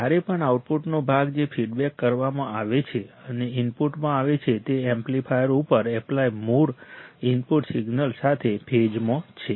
જ્યારે પણ આઉટપુટનો ભાગ જે ફીડ કરવામાં આવે છે અને ઇનપુટમાં આવે છે તે એમ્પ્લીફાયર ઉપર એપ્લાય મૂળ ઇનપુટ સિગ્નલ સાથે ફેઝમાં છે